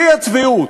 שיא הצביעות.